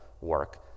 work